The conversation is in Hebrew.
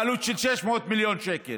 בעלות של 600 מיליון שקל.